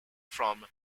from